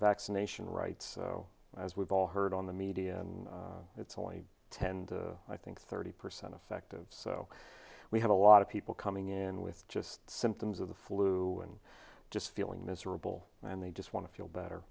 vaccination right so as we've all heard on the media and it's only ten i think thirty percent effective so we have a lot of people coming in with just symptoms of the flu and just feeling miserable and they just want to feel better